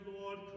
Lord